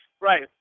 right